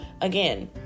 again